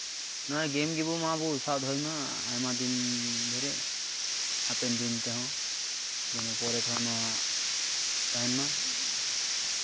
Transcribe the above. ᱱᱚᱣᱟ ᱜᱮᱢ ᱜᱮᱵᱚ ᱢᱟ ᱵᱚ ᱥᱟᱵ ᱫᱚᱦᱚᱭ ᱢᱟ ᱟᱭᱢᱟ ᱫᱤᱱ ᱫᱷᱚᱨᱮ ᱦᱟᱯᱮᱱ ᱫᱤᱱ ᱛᱮᱦᱚᱸ ᱡᱮᱱᱚ ᱯᱚᱨᱮ ᱛᱮᱦᱚᱸ ᱱᱚᱣᱟ ᱛᱟᱦᱮᱱ ᱢᱟ